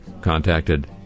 contacted